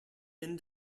end